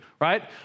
right